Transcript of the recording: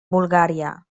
bulgària